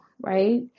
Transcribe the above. right